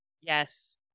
Yes